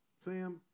Sam